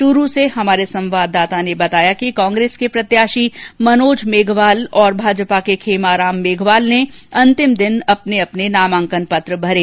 च्रूर से हमारे संवाददाता ने बताया कि कांग्रेस के प्रत्याशी मनोज मेघवाल और भाजपा के खेमाराम मेंघवाल ने अंतिम दिन अपने अपने नामांकन पत्र भरे